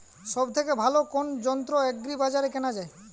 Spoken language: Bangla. সব থেকে ভালো কোনো যন্ত্র এগ্রি বাজারে কেনা যায়?